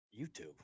YouTube